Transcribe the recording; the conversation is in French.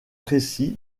précis